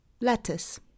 lettuce